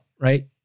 right